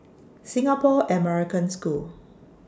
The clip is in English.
Singapore American School